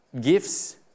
gifts